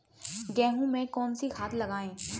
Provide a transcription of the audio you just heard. गेहूँ में कौनसी खाद लगाएँ?